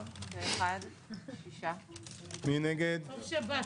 ה' באב תשפ"א,